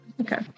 Okay